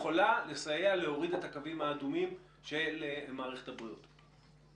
יכולה לסייע להוריד את הקווים האדומים של מערכת הבריאות.